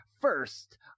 First